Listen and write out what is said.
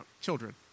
children